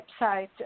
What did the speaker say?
website